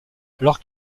alors